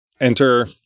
Enter